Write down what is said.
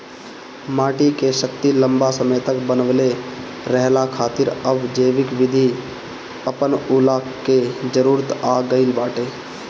माटी के शक्ति लंबा समय तक बनवले रहला खातिर अब जैविक विधि अपनऊला के जरुरत आ गईल बाटे